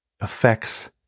affects